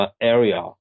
area